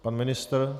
Pan ministr?